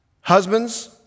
Husbands